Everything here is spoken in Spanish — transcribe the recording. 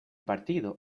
partido